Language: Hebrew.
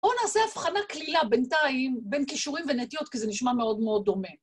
בואו נעשה אבחנה כלילה בינתיים, בין קישורים ונטיות, כי זה נשמע מאוד מאוד דומה.